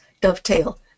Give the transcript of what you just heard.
dovetail